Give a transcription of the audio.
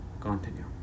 continue